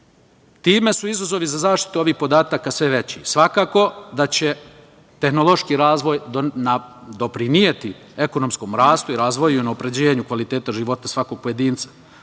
Time su izazovi za zaštitu ovih podataka sve veći. Svakako da će tehnološki razvoj doprineti ekonomskom rastu i razvoju na unapređenju kvaliteta života svakog pojedinca.